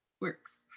works